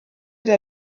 der